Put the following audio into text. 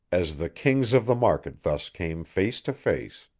as the kings of the market thus came face to face.